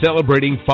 Celebrating